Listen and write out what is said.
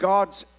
God's